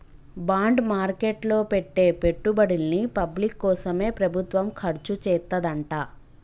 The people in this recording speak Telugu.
బాండ్ మార్కెట్ లో పెట్టే పెట్టుబడుల్ని పబ్లిక్ కోసమే ప్రభుత్వం ఖర్చుచేత్తదంట